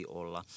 olla